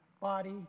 body